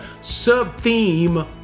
sub-theme